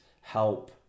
help